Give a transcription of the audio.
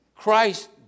Christ